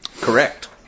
Correct